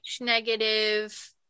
negative